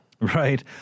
Right